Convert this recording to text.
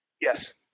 Yes